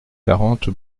quarante